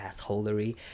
assholery